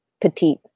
petite